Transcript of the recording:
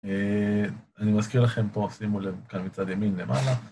אני מזכיר לכם פה, שימו כאן מצד ימין למעלה.